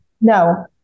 no